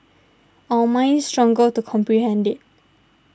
our minds struggle to comprehend it